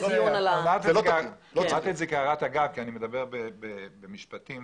אני מדבר במשפטים